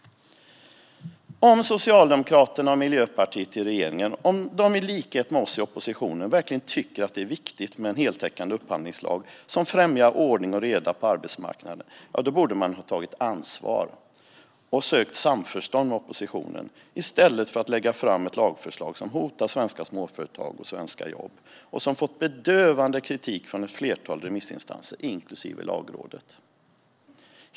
Om Socialdemokraterna och Miljöpartiet i regeringen i likhet med oss tycker att det är viktigt med en heltäckande upphandlingslag som främjar ordning och reda på arbetsmarknaden borde de ta ansvar och söka samförstånd med oppositionen i stället för att lägga fram ett lagförslag som hotar svenska småföretag och svenska jobb och som får bedövande kritik från ett flertal remissinstanser, inklusive Lagrådet.